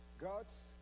God's